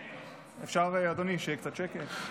אפשר, אדוני, שיהיה קצת שקט?